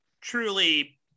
Truly